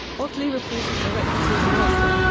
otley reported directly to his master,